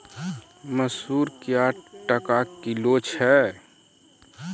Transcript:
मसूर क्या टका किलो छ?